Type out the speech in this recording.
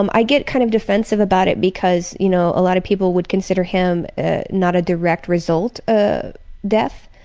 um i get kind of defensive about it because, you know, a lot of people would consider him not a direct result ah death.